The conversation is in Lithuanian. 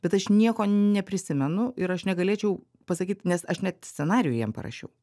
bet aš nieko neprisimenu ir aš negalėčiau pasakyt nes aš net scenarijų jam parašiau